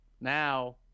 now